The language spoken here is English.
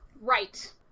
Right